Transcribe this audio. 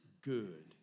good